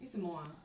为什么啊